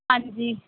ਹਾਂਜੀ